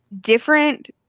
different